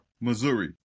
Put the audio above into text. Missouri